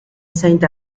saint